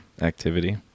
activity